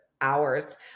hours